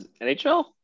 NHL